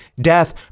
death